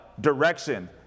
direction